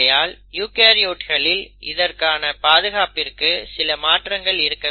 ஆகையால் யூகரியோட்ஸ்களில் இதற்கான பாதுகாப்பிற்கு சில மாற்றங்கள் இருக்கும்